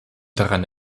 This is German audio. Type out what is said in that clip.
daran